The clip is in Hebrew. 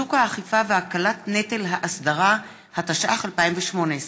(חיזוק האכיפה והקלת נטל האסדרה), התשע"ח 2018,